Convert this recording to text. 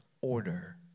order